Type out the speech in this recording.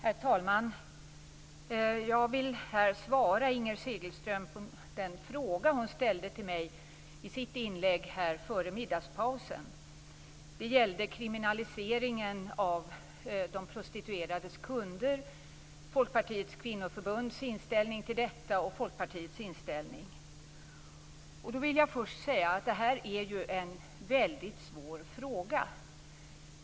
Herr talman! Jag vill här svara Inger Segelström på den fråga hon ställde till mig i sitt inlägg före middagspausen. Det gällde Folkpartiets kvinnoförbunds inställning och Folkpartiets inställning till kriminaliseringen av de prostituerades kunder. Jag vill först säga att det är en väldigt svår fråga.